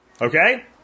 Okay